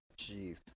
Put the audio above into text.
Jeez